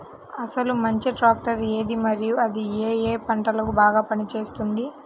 అసలు మంచి ట్రాక్టర్ ఏది మరియు అది ఏ ఏ పంటలకు బాగా పని చేస్తుంది?